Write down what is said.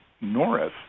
Norris